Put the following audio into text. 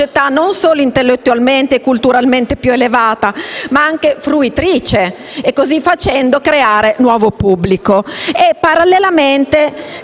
non solo intellettualmente e culturalmente più elevata, ma anche fruitrice e, così facendo, creare nuovo pubblico. Parallelamente